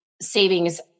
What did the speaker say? savings